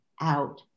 out